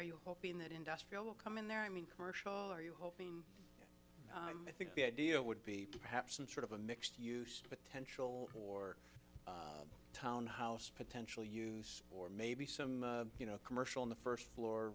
are you hoping that industrial will come in there i mean commercial are you hoping i think the idea would be perhaps some sort of a mixed use potential or townhouse potential use or maybe some you know commercial in the first floor